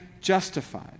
justified